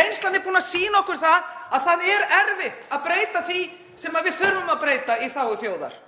Reynslan er búin að sýna okkur að það er erfitt að breyta því sem við þurfum að breyta í þágu þjóðar.